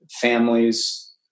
families